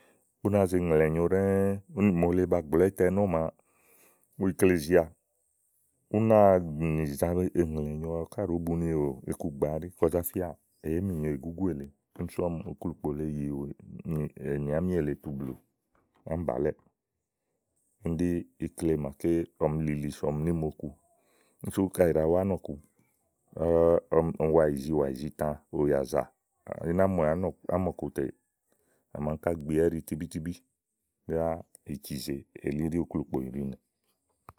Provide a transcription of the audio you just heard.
úni ú náa ze ŋlèwɛ̀ nyo ɖɛ́ɛ́ úni mòole, bìà ba gblɔ ítɛ nɔ màa ikle ziìà úni ú náa nì ze ŋlèwɛ nyo màa ɔwɔ ká ɖòó bu ni ikugbàa ɛɖí, kɔ zá fíà èé minyòo ìgúgú èle kíni sú ɔmu uklukpó le zàyimi ènì àámi èle tu blù ámì bà lɛ́ɛ̀, úni ikle màa ɔmi lili sò ɔmi nìmo ku. kíni sú kayi ìɖa wa ánɔ̀ku ɔmi wa ìzi wà ìzità, ùyàzà, íná muwɛ̀ ámɔ̀ku tè à ma áŋka biwɛ ɛ́ɖi tíbí yá ì azèe elí uklukpò nìɖinè.